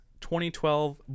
2012